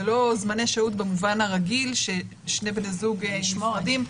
זה לא זמני שהות במובן הרגיל ששני בני זוג במשמרות דין,